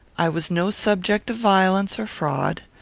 i was no subject of violence or fraud.